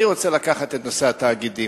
אני רוצה לקחת את נושא התאגידים.